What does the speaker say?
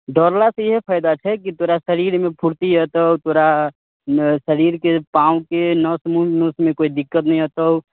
दौड़लासँ यही फायदा छै कि तोरा शरीरमे फुर्ती अयतौ तोरा शरीरके पाँवके नस उसमे कोइ दिक्कत ना अयतौ